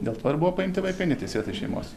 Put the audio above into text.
dėl to ir buvo paimti vaikai neteisėtai iš šeimos